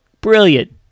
brilliant